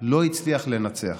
לא הצליח לנצח